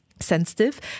sensitive